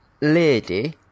Lady